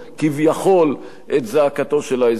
כביכול, את זעקתו של האזרח.